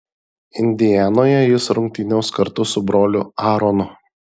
indianoje jis rungtyniaus kartu su broliu aaronu